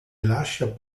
lascia